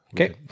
Okay